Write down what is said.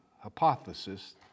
hypothesis